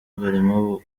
barimo